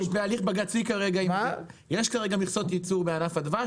יש כרגע מכסות ייצור בענף הדבש,